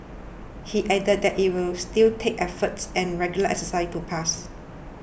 he added that it will still take efforts and regular exercise to pass